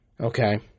Okay